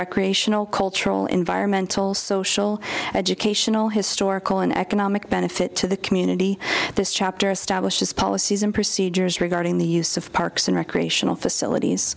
recreational cultural environmental social educational historical and economic benefit to the community this chapter establishes policies and procedures regarding the use of parks and recreational facilit